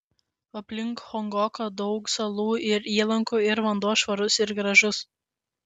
aplink honkongą daug salų ir įlankų ir vanduo švarus ir gražus